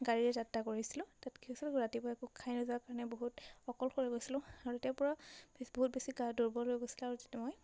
গাড়ীয়ে যাত্ৰা কৰিছিলোঁ তাত কি হৈছিলে ৰাতিপুৱাই একো খাই নোযোৱাৰ কাৰণে বহুত অকল হৈ গৈছিলোঁ আৰু তেতিয়াৰপৰা বহুত বেছি গা দুৰ্বল লৈ গৈছিলে আৰু যেতিয়া মই